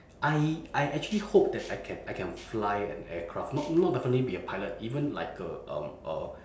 I I actually hope that I can I can fly an aircraft not not definitely be a pilot even like a um a